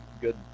good